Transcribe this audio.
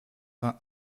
vingt